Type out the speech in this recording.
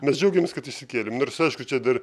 mes džiaugiamės kad išsikėlėm nors aišku čia dar